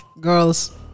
girls